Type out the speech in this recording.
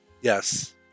yes